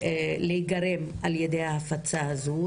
להיגרם על ידי ההפצה הזו.